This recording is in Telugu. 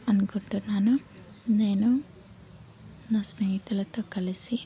అనుకుంటున్నాను నేను నా స్నేహితులతో కలిసి